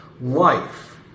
life